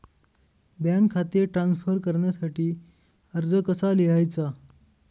Bank खाते transfer करण्यासाठी अर्ज कसा लिहायचा?